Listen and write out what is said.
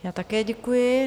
Já také děkuji.